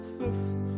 fifth